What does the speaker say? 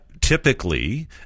Typically